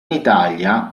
italia